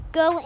go